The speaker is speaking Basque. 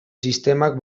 sistemak